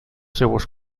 seues